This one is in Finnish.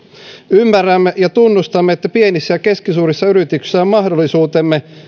ymmärrämme ja tunnustamme että pienissä ja keskisuurissa yrityksissä on mahdollisuutemme